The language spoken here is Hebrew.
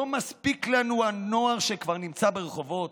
לא מספיק לנו הנוער שכבר נמצא ברחובות,